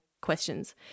questions